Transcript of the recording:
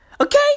Okay